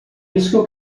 isso